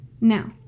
Now